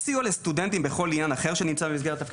סיוע לסטודנטים בכל עניין אחר שנמצא במסגרת תפקידו.